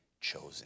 chosen